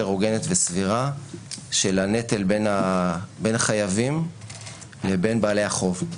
הוגנת וסבירה של הנטל בין חייבים לבין בעלי החוב,